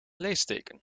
leesteken